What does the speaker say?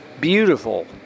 Beautiful